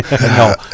No